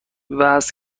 وزن